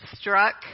struck